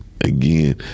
again